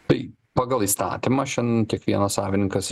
tai pagal įstatymą šiandien kiekvienas savininkas